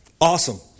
Awesome